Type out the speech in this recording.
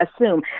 assume